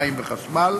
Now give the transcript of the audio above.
מים וחשמל,